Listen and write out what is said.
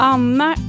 Anna